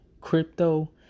crypto